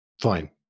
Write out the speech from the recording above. fine